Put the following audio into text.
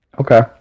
Okay